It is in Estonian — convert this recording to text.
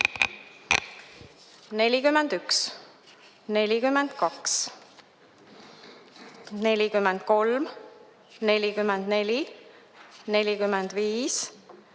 41, 42, 43, 44, 45, 46,